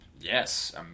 yes